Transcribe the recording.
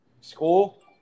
school